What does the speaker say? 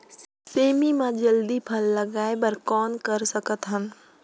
सेमी म जल्दी फल लगाय बर कौन कर सकत हन?